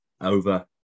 Over